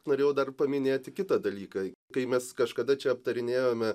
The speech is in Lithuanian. norėjau dar paminėti kitą dalyką kai mes kažkada čia aptarinėjome